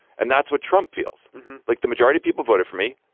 and that's what trump feels like the majority people voted for me.